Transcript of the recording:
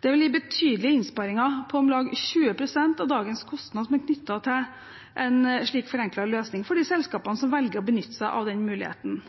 Det vil gi betydelige innsparinger, på om lag 20 pst. av dagens kostnad, knyttet til en slik forenklet løsning for de selskapene som velger å benytte seg av den muligheten.